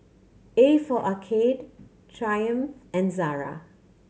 A for Arcade Triumph and Zara